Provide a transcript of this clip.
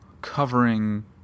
Covering